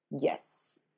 Yes